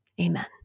Amen